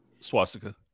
Swastika